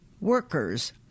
workers